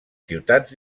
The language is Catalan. ciutats